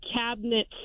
cabinet